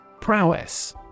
Prowess